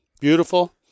Beautiful